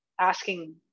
asking